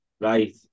Right